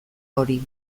hori